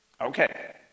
Okay